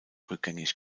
rückgängig